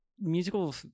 Musical